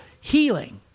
healing